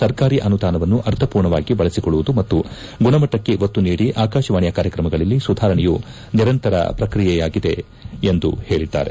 ಸರ್ಕಾರಿ ಅನುದಾನವನ್ನು ಅರ್ಥಮೂರ್ಣವಾಗಿ ಬಳಸಿಕೊಳ್ಳುವುದು ಮತ್ತು ಗುಣಮಟ್ಟಕ್ಕೆ ಒತ್ತು ನೀಡಿ ಆಕಾಶವಾಣಿಯ ಕಾರ್ಯಕ್ರಮಗಳಲ್ಲಿ ಸುಧಾರಣೆಯು ನಿರಂತರ ಪ್ರಕ್ರಿಯೆಯಾಗಿದೆ ಎಂದು ಹೇಳಿದ್ದಾರೆ